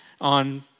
on